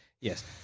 yes